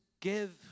give